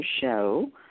show